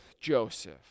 Joseph